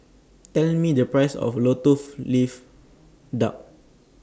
Tell Me The Price of Lotus of Leaf Duck